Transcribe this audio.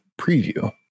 preview